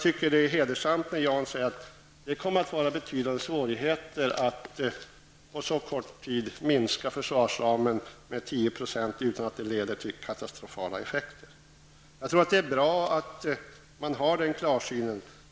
Det är hedersamt när Jan Jennehag säger att det kommer att bli betydande svårigheter att på kort tid minska försvarsramen med 10 % utan att det leder till katastrofala effekter. Det är bra att ha den klarsynen.